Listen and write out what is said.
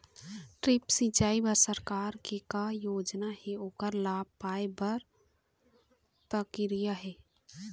Drip सिचाई बर सरकार के का योजना हे ओकर लाभ पाय बर का प्रक्रिया हे?